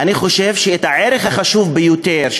אני חושב שהערך החשוב ביותר,